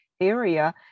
area